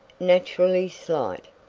naturally slight,